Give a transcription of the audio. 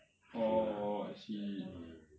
I feel lah mm